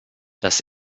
das